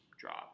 drop